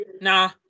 nah